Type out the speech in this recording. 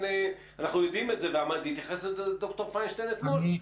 אנחנו יודעים את זה והתייחס לזה ד"ר פיינשטיין אתמול,